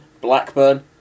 Blackburn